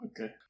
Okay